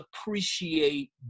appreciate